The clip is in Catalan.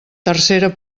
tercera